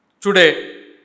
Today